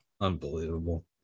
unbelievable